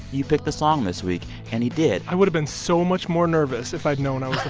you pick the song this week. and he did i would have been so much more nervous if i'd known i